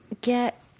get